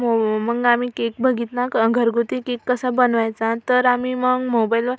मो मग आम्ही केक बघितला घरगुती केक कसा बनवायचा तर आम्ही मग मोबाईलवर